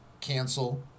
cancel